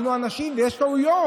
אנחנו אנשים ויש טעויות.